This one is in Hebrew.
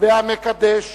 והמקדש